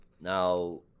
Now